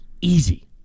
easy